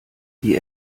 wie